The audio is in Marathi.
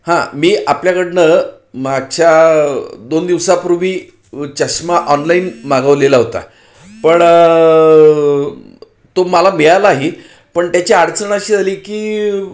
हां मी आपल्याकडून मागच्या दोन दिवसापूर्वी चष्मा ऑनलाईन मागवलेला होता पण तो मला मिळालाही पण त्याची अडचण अशी झाली की